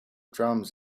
drums